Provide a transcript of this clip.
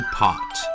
pot